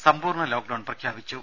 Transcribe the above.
സമ്പൂർണ്ണ lockdown പ്രഖ്യാപിച്ചു